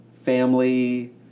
family